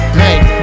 make